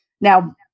Now